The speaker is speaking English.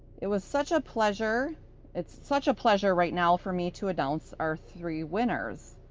it was such a pleasure it's such a pleasure right now for me to announce our three winners.